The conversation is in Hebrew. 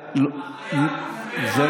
מדהים.